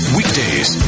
Weekdays